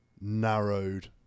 narrowed